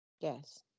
Yes